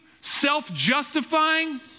self-justifying